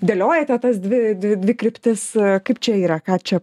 dėliojate tas dvi dvi dvi kryptis kaip čia yra ką čia